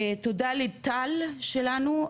תודה לטל שלנו,